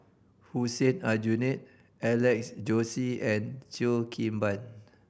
Hussein Aljunied Alex Josey and Cheo Kim Ban